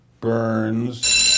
Burns